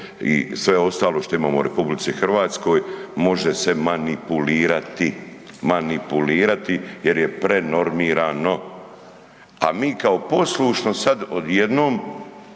i sve ostalo što imamo u RH može se manipulirati jer je prenormirano. A mi kao poslušno sad odjednom